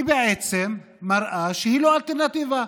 היא בעצם מראה שהיא לא אלטרנטיבה,